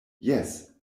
jes